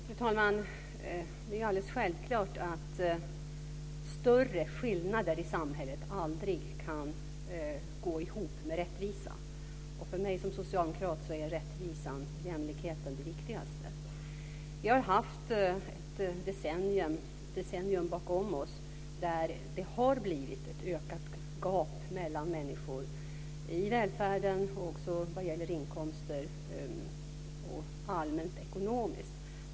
Fru talman! Det är alldeles självklart att större skillnader i samhället aldrig kan gå ihop med rättvisa. För mig som socialdemokrat är rättvisan och jämlikheten det viktigaste. Vi har ett decennium bakom oss där det har blivit ett ökat gap mellan människor i välfärden och också vad gäller inkomster och allmänekonomi.